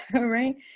right